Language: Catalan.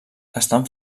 estan